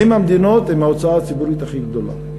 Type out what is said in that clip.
הן המדינות עם ההוצאה הציבורית הכי גדולה